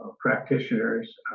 practitioners